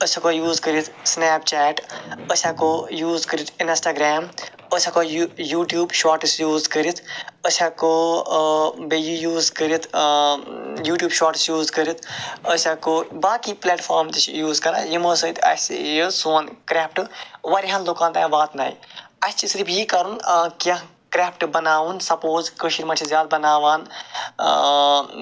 أسۍ ہیٚکو یوٗز کٔرِتھ سنیپ چیٹ أسۍ ہیٚکو یوٗز کٔرِتھ انسٹاگرام أسۍ ہیٚکو یوٗ یوٗٹیوٗب شارٹس یوٗز کٔرِتھ أسۍ ہیٚکو بیٚیہِ یہِ یوٗز کٔرِتھ یوٗ ٹیوٗب شارٹس یوٗز کٔرِتھ أسۍ ہیٚکو باقے پلیٹ فارم تہِ چھِ یوٗز کران یِمو سۭتۍ اَسہِ یہِ سون کرافٹ وارہن لُکَن تانۍ واتنایہِ اَسہِ چھ صفر یہِ کَرُن کینٛہہ کرافٹ بناوُن سپوز کٔشیٖر مَنٛز چھِ زیاد بناوان